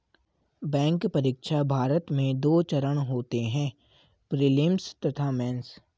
bank परीक्षा, भारत में दो चरण होते हैं प्रीलिम्स तथा मेंस